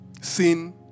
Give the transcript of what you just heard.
Sin